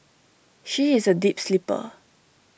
she is A deep sleeper